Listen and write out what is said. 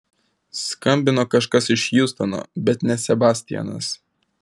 skambino kažkas iš hjustono bet ne sebastianas